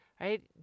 right